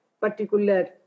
particular